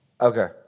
Okay